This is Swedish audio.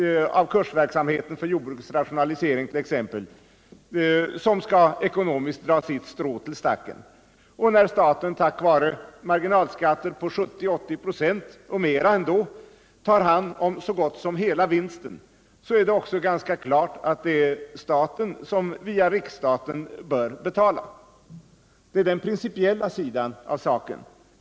av kursverksamheten för jordbrukets rationalisering — som ekonomiskt skall dra sitt strå till stacken. Och när staten tack vare marginalskatter på 70-80 926 och mer tar hand om så gott som hela vinsten är det också ganska klart att det är staten som via riksstaten bör betala. Det är den principiella sidan av saken.